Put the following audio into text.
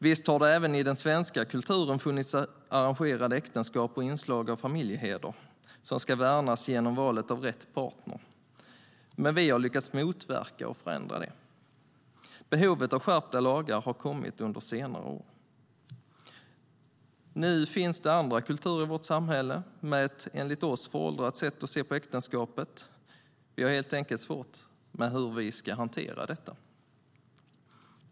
Visst har det även i den svenska kulturen funnits arrangerade äktenskap och inslag av familjeheder som ska värnas genom valet av rätt partner, men vi har lyckats motverka och förändra det. Behovet av skärpta lagar har kommit under senare år. Nu finns andra kulturer i vårt samhälle med ett enligt oss föråldrat sätt att se på äktenskapet. Vi har helt enkelt svårt med hur vi ska hantera detta.